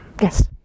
Yes